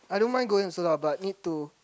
I don't mind going also lah but need to